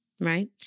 Right